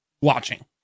watching